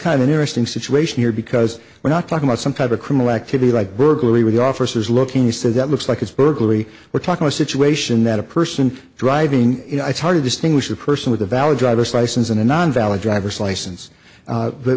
kind of interesting situation here because we're not talking about some kind of criminal activity like burglary with officers looking he said that looks like it's burglary we're talking a situation that a person driving you know it's hard to distinguish the person with a valid driver's license and a non valid driver's license